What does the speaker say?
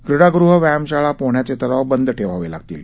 क्रीडागृह व्यायामशाळा पोहण्याचे तलाव बंद ठेवावे लागतील